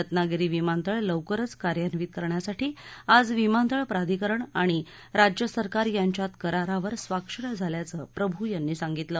रत्नागिरी विमानतळ लवकरच कार्यान्वित करण्यासाठी आज विमानतळ प्राधिकरण आणि राज्य सरकार यांच्यात करारावर स्वाक्षऱ्या झाल्याच प्रभू यांनी सांगितलं